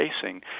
facing